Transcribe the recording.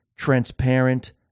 transparent